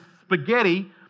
spaghetti